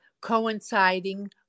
coinciding